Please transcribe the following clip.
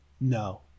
No